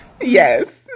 Yes